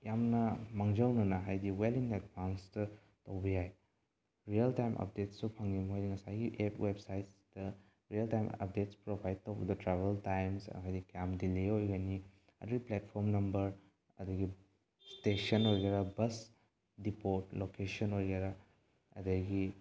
ꯌꯥꯝꯅ ꯃꯥꯡꯖꯧꯅꯅ ꯍꯥꯏꯗꯤ ꯋꯦꯜ ꯏꯟ ꯑꯦꯠꯚꯥꯟꯁꯇ ꯇꯧꯕ ꯌꯥꯏ ꯔꯤꯌꯦꯜ ꯇꯥꯏꯝ ꯑꯞꯗꯦꯠꯁꯨ ꯐꯪꯉꯤ ꯃꯣꯏꯗꯤ ꯉꯁꯥꯏꯒꯤ ꯑꯦꯞ ꯋꯦꯕꯁꯥꯏꯠꯁꯇ ꯔꯤꯌꯦꯜ ꯇꯥꯏꯝ ꯑꯞꯗꯦꯠꯁ ꯄ꯭ꯔꯣꯚꯥꯏꯠ ꯇꯧꯕꯗ ꯇ꯭ꯔꯥꯕꯦꯜ ꯇꯥꯏꯝꯁ ꯍꯥꯏꯗꯤ ꯀꯌꯥꯝ ꯗꯤꯂꯦ ꯑꯣꯏꯒꯅꯤ ꯑꯗꯨꯒꯤ ꯄ꯭ꯂꯦꯠꯐꯣꯝ ꯅꯝꯕꯔ ꯑꯗꯨꯒꯤ ꯏꯁꯇꯦꯁꯟ ꯑꯣꯏꯒꯦꯔꯥ ꯕꯁ ꯗꯤꯄꯣꯠ ꯂꯣꯀꯦꯁꯟ ꯑꯣꯏꯒꯦꯔꯥ ꯑꯗꯒꯤ